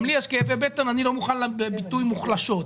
גם לי יש כאבי בטן ואני לא מוכן לביטוי מוחלשות.